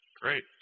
great